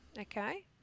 Okay